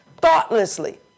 Thoughtlessly